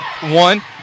one